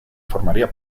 formaría